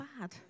bad